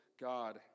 God